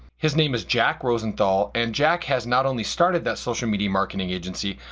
his name is jack rosenthal and jack has not only started that social media marketing agency,